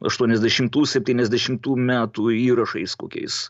aštuoniasdešimtų septyniasdešimtų metų įrašais kokiais